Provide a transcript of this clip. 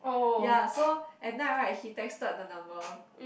ya so at night right he texted the number